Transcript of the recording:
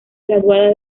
graduada